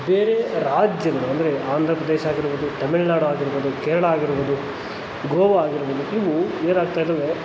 ಬೇರೆ ರಾಜ್ಯಗಳು ಅಂದರೆ ಆಂಧ್ರ ಪ್ರದೇಶ ಆಗಿರ್ಬೋದು ತಮಿಳುನಾಡು ಆಗಿರ್ಬೋದು ಕೇರಳ ಆಗಿರ್ಬೋದು ಗೋವಾ ಆಗಿರ್ಬೋದು ಇವು ಏನಾಗ್ತಾಯಿದೆ ಅಂದರೆ